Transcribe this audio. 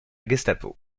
gestapo